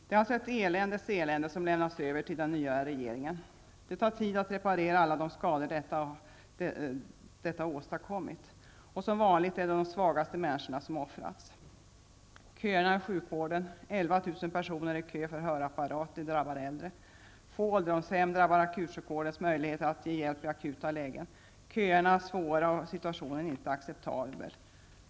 Det är alltså ett eländes elände som lämnats över till den nya regeringen. Det tar tid att reparera alla de skador detta åstadkommit. Som vanligt är det de svagaste människorna som offras. Köerna i sjukvården -- 11 000 personer i kö för hörapparat -- drabbar äldre. Få ålderdomshem minskar akutsjukvårdens möjligheter att ge hjälp i akuta lägen. Köerna är långa, och situationen är inte acceptabel.